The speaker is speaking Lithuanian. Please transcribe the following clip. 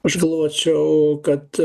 aš galvočiau kad